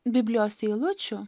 biblijos eilučių